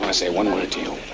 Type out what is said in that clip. um say one word to you.